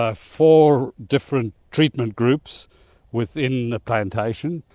ah four different treatment groups within the plantation,